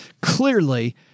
Clearly